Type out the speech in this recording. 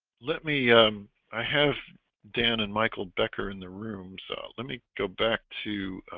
let me i have dan and michael becker in the room. so let me go back to